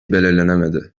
belirlenemedi